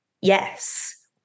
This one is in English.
yes